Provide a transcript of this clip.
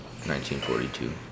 1942